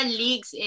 leagues